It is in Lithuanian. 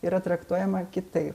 yra traktuojama kitai